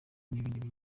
n’ibindi